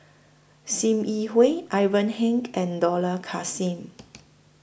SIM Yi Hui Ivan Heng and Dollah Kassim